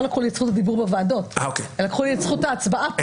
לא לקחו לי את זכות הדיבור בוועדות; לקחו לי את זכות ההצבעה פה.